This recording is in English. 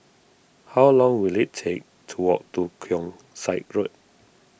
how long will it take to walk to Keong Saik Road